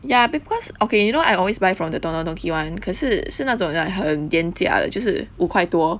ya because okay you know I always buy from the don don donki [one] 可是是那种好像 like 很廉价的就是五块多